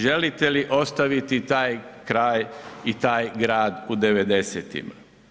Želite li ostaviti taj kraj i taj grad u '90.-tima?